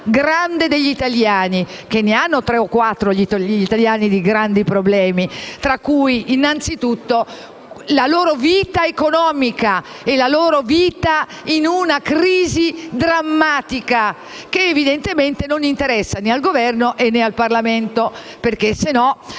problemi degli italiani (che ne hanno tre o quattro di grandi problemi), tra cui innanzitutto la loro vita economica e la loro vita all'interno di una crisi drammatica che evidentemente non interessa né al Governo né al Parlamento, altrimenti